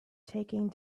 taking